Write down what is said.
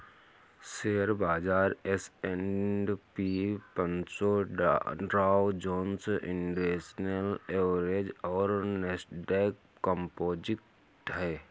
share बाजार S and P पनसो Dow Jones industrial average और नैस्डैक कंपोजिट है